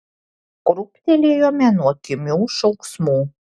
krūptelėjome nuo kimių šauksmų